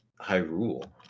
hyrule